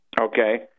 Okay